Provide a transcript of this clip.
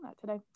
today